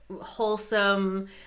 wholesome